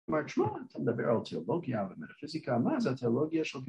‫כלומר, תשמע, אתה מדבר ‫על תיאולוגיה ומטא פיזיקה, ‫מה זה התיאולוגיה של...